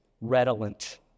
redolent